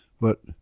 But